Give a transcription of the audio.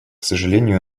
сожалению